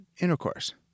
intercourse